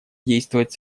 действовать